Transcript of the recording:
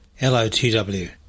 LOTW